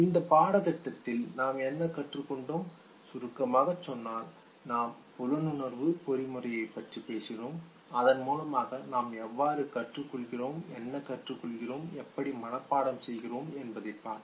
இந்த பாடத்திட்டத்தில் நாம் என்ன கற்றுக்கொண்டோம் சுருக்கமாக சொன்னால் நாம் புலனுணர்வு பொறிமுறையைப் பற்றி பேசினோம் அதன் மூலமாக நாம் எவ்வாறு கற்றுக் கொள்கிறோம் என்ன கற்றுக் கொள்கிறோம் எப்படி மனப்பாடம் செய்கிறோம் என்பதை பார்த்தோம்